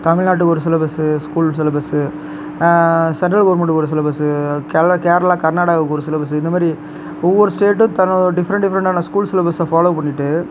தமிழ்நாட்டுக்கு ஒரு syllabus school syllabus central கவுர்மெண்டுக்கு ஒரு சிலபஸ்சு கேரளா கர்நாடகாவுக்கு ஒரு சிலபஸ்சு இந்தமாதிரி ஒவ்வொரு ஸ்டேட்டும் தன்னோடய டிஃப்பரண்ட் டிஃப்பரண்ட்டான ஸ்கூல் சிலபஸ்சை ஃபாலோ பண்ணிகிட்டு